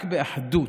רק באחדות,